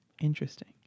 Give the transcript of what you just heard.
Interesting